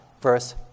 verse